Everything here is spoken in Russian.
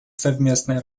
совместной